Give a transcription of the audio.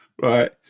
right